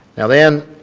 now then,